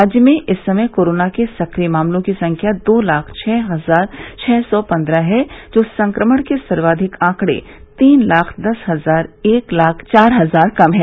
राज्य में इस समय कोरोना के सक्रिय मामलों की संख्या दो लाख छः हजार छः सौ पन्द्रह है जो संक्रमण के सर्वाधिक आकड़े तीन लाख दस हजार से एक लाख चार हजार कम है